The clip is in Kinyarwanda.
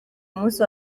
umunsi